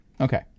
Okay